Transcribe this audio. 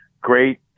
great